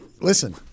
Listen